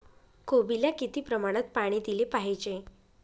कोबीला किती प्रमाणात पाणी दिले पाहिजे?